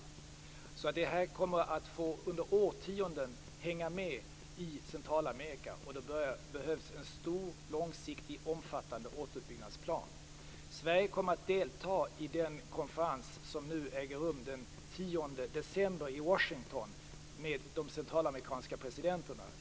Detta kommer under årtionden att hänga med i Centralamerika, och då behövs en stor, långsiktig och omfattande återuppbyggnadsplan. Sverige kommer att delta i den konferens som äger rum den 10 december i Washington med de centralamerikanska presidenterna.